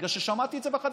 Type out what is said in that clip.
בגלל ששמעתי את זה בחדשות.